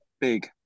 big